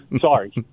Sorry